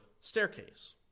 staircase